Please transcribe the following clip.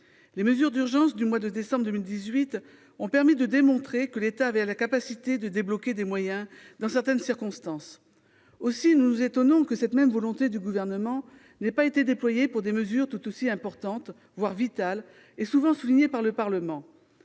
Les mesures d'urgence du mois de décembre 2018 ont permis de démontrer que l'État avait la capacité de débloquer des moyens dans certaines circonstances. Aussi, nous nous étonnons que cette même volonté n'ait pas été déployée par le Gouvernement pour des mesures tout aussi importantes, voire vitales, et souvent mises en avant par le Parlement.